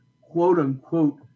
quote-unquote